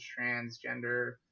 transgender